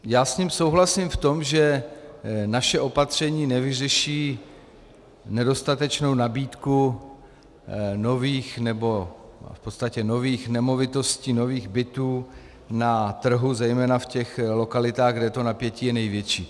Já s ním souhlasím v tom, že naše opatření nevyřeší nedostatečnou nabídku nových, nebo v podstatě nových nemovitostí, nových bytů na trhu, zejména v těch lokalitách, kde to napětí je největší.